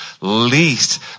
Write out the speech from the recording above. least